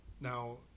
Now